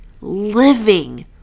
living